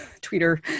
twitter